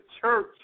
Church